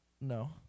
No